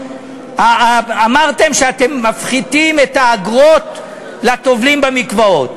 אמרתם שאתם מפחיתים את האגרות לטובלים במקוואות.